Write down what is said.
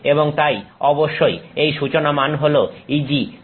এবং তাই অবশ্যই এই সূচনা মান হল Eg hυ